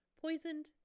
Poisoned